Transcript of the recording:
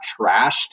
trashed